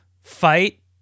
fight